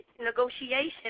negotiation